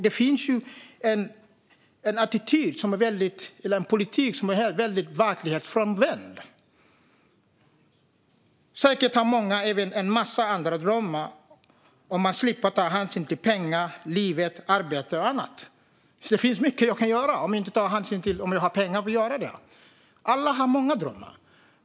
Det är en attityd eller en politik som är väldigt verklighetsfrånvänd. Säkert har många en massa andra drömmar om de slipper ta hänsyn till pengar, livet, arbete och annat. Det finns mycket man kan göra om man inte tar hänsyn till om man har pengar att göra det. Alla har många drömmar.